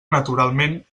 naturalment